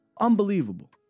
Unbelievable